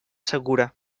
segura